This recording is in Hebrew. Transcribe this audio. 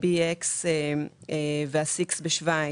ה-BX וה-SIX בשוויץ,